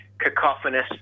cacophonous